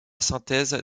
synthèse